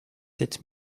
sept